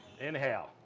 Inhale